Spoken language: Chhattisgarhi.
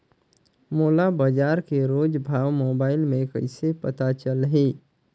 मोला बजार के रोज भाव मोबाइल मे कइसे पता चलही?